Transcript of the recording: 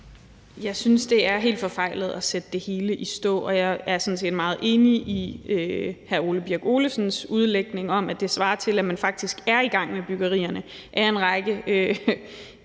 Jeg synes, at det er helt forfejlet at sætte det hele i stå, og jeg er sådan set meget enig i hr. Ole Birk Olesens udlægning af, at det svarer til, at man faktisk er i gang med byggeriet af en række,